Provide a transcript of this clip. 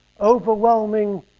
overwhelming